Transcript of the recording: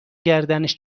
گردنش